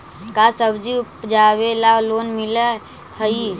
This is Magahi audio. का सब्जी उपजाबेला लोन मिलै हई?